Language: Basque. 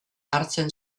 hartzen